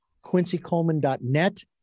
QuincyColeman.net